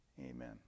amen